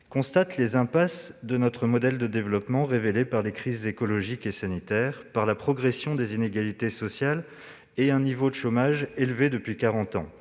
ténacité -les impasses de notre modèle de développement, révélées par les crises écologique et sanitaire, par la progression des inégalités sociales et un niveau de chômage élevé depuis quarante